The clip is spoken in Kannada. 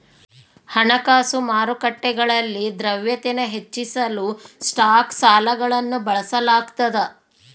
ಹಣಕಾಸು ಮಾರುಕಟ್ಟೆಗಳಲ್ಲಿ ದ್ರವ್ಯತೆನ ಹೆಚ್ಚಿಸಲು ಸ್ಟಾಕ್ ಸಾಲಗಳನ್ನು ಬಳಸಲಾಗ್ತದ